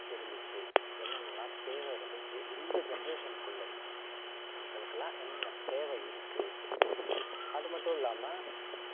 இருந்துச்சு என்னென்னலாம் தேவை இருந்துச்சு இந்த ஜென்ரேஷனுக்குள் மக்களுக்குலாம் என்னென்ன தேவை இருக்குது அது மட்டும் இல்லாமல்